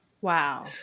Wow